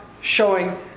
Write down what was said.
showing